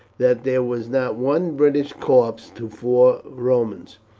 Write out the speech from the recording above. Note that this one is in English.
that there was not one british corpse to four romans.